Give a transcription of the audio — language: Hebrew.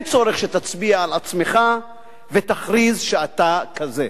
אין צורך שתצביע על עצמך ותכריז שאתה כזה.